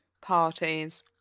parties